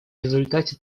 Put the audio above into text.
результате